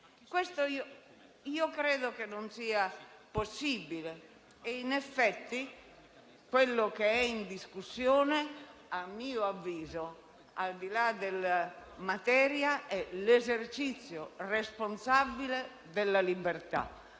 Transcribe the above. Credo che ciò non sia possibile e, in effetti, ciò che è in discussione, a mio avviso, al di là della materia, è l'esercizio responsabile della libertà.